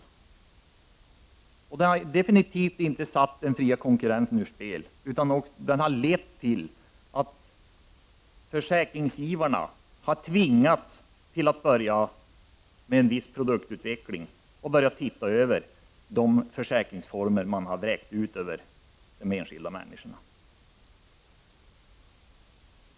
Försäkringsformen har definitivt inte satt den fria konkurrensen ur spel, utan den har lett till att försäkringsgivarna har tvingats börja med en viss produktutveckling. De har fått börja se över de försäkringsformer de vräkt ut över de enskilda människorna.